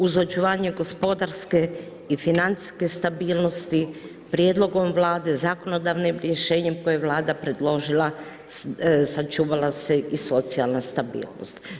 Uz očuvanje gospodarske i financijske stabilnosti, prijedlogom Vlade, zakonodavne rješenjem koje je vlada predložila, sačuvala se i socijalna stabilnost.